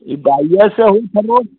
ई बाइये से हुई थ रोग